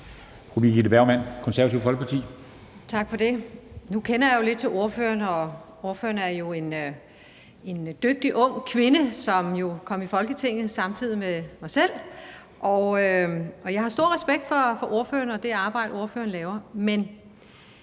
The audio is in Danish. Tak for det. Nu kender jeg jo lidt til ordføreren, og ordføreren er jo en dygtig ung kvinde, som kom i Folketinget samtidig med mig selv, og jeg har stor respekt for ordføreren og det arbejde, ordføreren laver. Men